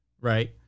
right